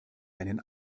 einen